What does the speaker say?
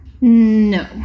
No